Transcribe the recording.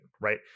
right